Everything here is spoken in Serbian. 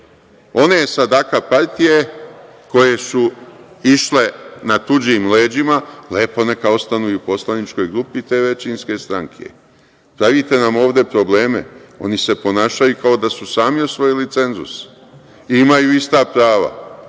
sadaka partije, koje su išle na tuđim leđima, lepo neka ostanu i u poslaničkoj grupi te većinske stranke. Pravite nam ovde probleme, oni se ponašaju kao da su sami osvojili cenzus i imaju ista prava